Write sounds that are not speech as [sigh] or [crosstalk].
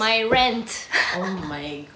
my rent [laughs]